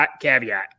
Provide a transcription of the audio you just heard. caveat